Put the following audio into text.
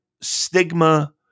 stigma